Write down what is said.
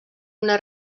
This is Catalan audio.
una